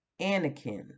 Anakin